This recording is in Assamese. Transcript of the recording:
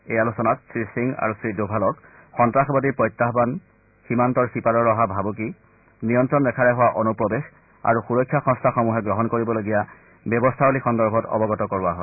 এই আলোচনাত শ্ৰীসিং আৰু শ্ৰীদোভালক সন্ত্ৰাসবাদীৰ প্ৰত্যাহ্বান সীমান্তৰ সীপাৰৰ পৰা অহা ভাবুকি নিয়ন্ত্ৰণ ৰেখাৰে হোৱা অনুপ্ৰৱেশ আৰু সুৰক্ষা সংস্থাসমূহে গ্ৰহণ কৰিবলগীয়া ব্যৱস্থাৱলী সন্দৰ্ভত অৱগত কৰোৱা হয়